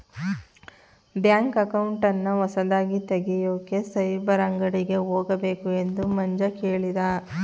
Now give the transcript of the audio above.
bank ಅಕೌಂಟನ್ನ ಹೊಸದಾಗಿ ತೆಗೆಯೋಕೆ ಸೈಬರ್ ಅಂಗಡಿಗೆ ಹೋಗಬೇಕು ಎಂದು ಮಂಜ ಕೇಳಿದ